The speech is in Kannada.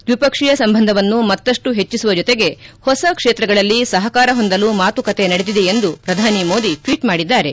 ದ್ವಿಪಕ್ಷೀಯ ಸಂಬಂಧವನ್ನು ಮತ್ತಷ್ಟು ಹೆಟ್ಟಸುವ ಜೊತೆಗೆ ಹೊಸ ಕ್ಷೇತ್ರಗಳಲ್ಲಿ ಸಹಕಾರ ಹೊಂದಲು ಮಾತುಕತೆ ನಡೆದಿದೆ ಎಂದು ಪ್ರಧಾನಿ ಮೋದಿ ಟ್ವೀಟ್ ಮಾಡಿದ್ದಾರೆ